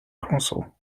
council